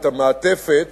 את המעטפת